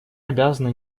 обязаны